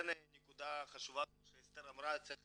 נקודה חשובה כפי שאסתר אמרה, צריך